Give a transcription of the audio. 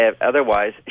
Otherwise